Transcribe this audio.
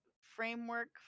framework